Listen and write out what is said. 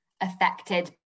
affected